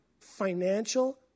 financial